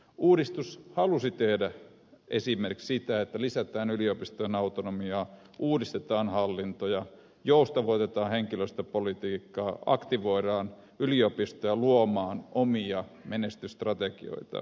uudistus halusi tehdä esimerkiksi sitä että lisätään yliopistojen autonomiaa uudistetaan hallintoja joustavoitetaan henkilöstöpolitiikkaa aktivoidaan yliopistoja luomaan omia menestysstrategioitaan